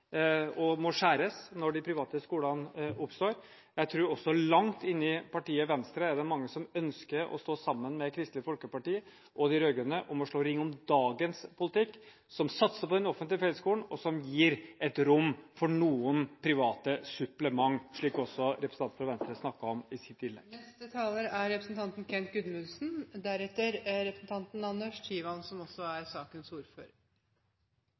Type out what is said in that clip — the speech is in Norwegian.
som må skjæres i når de private skolene oppstår. Jeg tror også at det langt inn i partiet Venstre er mange som ønsker å stå sammen med Kristelig Folkeparti og de rød-grønne om å slå ring om dagens politikk, som satser på den offentlige fellesskolen, og som gir et rom for noen private supplementer – slik også representanten for Venstre snakket om i sitt innlegg. Heldigvis er det stor og bred enighet om de store linjene i norsk skolepolitikk. Faktisk er